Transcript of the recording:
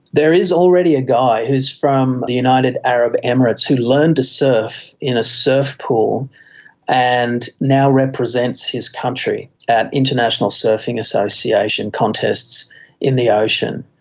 there is already a guy who is from the united arab emirates who learned to surf in a surf pool and now represents his country at international surfing association contests in the ocean.